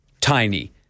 tiny